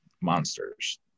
monsters